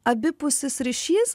abipusis ryšys